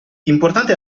importante